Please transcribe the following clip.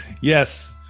Yes